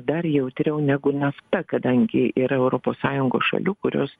dar jautriau negu nafta kadangi yra europos sąjungos šalių kurios